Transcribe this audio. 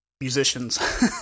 musicians